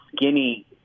skinny